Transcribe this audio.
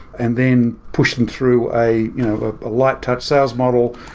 and then push them through a you know ah light touch sales model,